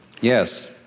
yes